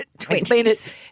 20s